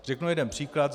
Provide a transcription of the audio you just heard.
Řeknu jeden příklad.